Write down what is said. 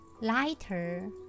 lighter